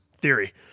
Theory